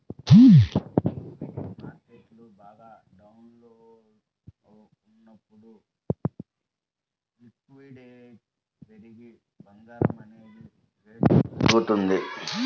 equity market బాగా డౌన్లో ఉన్నప్పుడు లిక్విడిటీ పెరిగి బంగారం అనేది రేటు పెరుగుతుంది